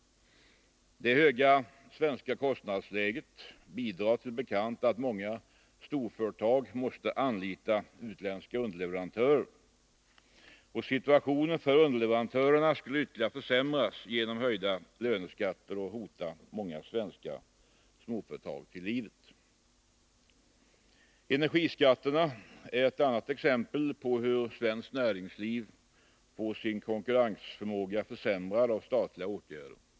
Det höga svenska kostnadsläget bidrar som bekant till att många storföretag måste anlita utländska underleverantörer. Situationen för underleverantörerna skulle ytterligare försämras genom höjda löneskatter, och många svenska småföretag skulle hotas till livet. Energiskatterna är ett annat exempel på hur svenskt näringsliv får sin konkurrensförmåga försämrad av statliga åtgärder.